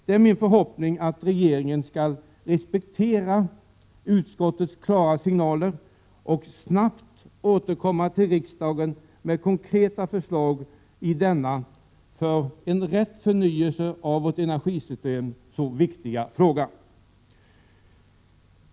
Det är min förhoppning att regeringen skall respektera utskottets klara signaler och snabbt återkomma till riksdagen med konkreta förslag i denna för rätt förnyelse av vårt energisystem så viktiga fråga.